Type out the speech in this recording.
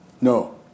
no